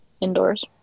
indoors